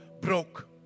broke